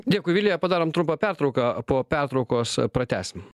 dėkui vilija padarom trumpą pertrauką po pertraukos pratęsim